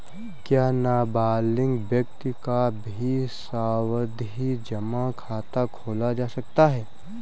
क्या नाबालिग व्यक्ति का भी सावधि जमा खाता खोला जा सकता है?